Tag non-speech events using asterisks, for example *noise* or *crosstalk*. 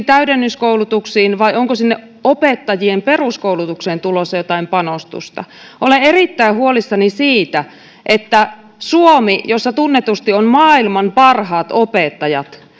*unintelligible* täydennyskoulutuksiin vai onko sinne opettajien peruskoulutukseen tulossa jotain panostusta olen erittäin huolissani siitä että suomessa jossa tunnetusti on maailman parhaat opettajat